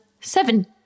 seven